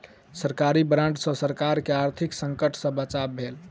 सरकारी बांड सॅ सरकार के आर्थिक संकट सॅ बचाव भेल